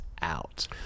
out